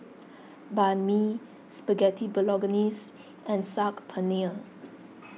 Banh Mi Spaghetti Bolognese and Saag Paneer